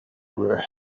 were